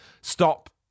Stop